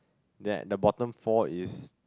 that the bottom four is